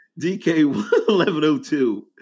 DK1102